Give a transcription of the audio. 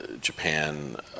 Japan